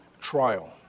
trial